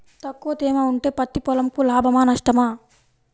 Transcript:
తక్కువ తేమ ఉంటే పత్తి పొలంకు లాభమా? నష్టమా?